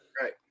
right